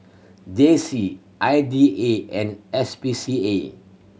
J C I D A and S P C A